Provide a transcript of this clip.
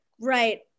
Right